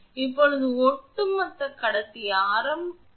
இப்போது ஒட்டுமொத்த கடத்தி ஆரம் 0